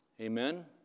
Amen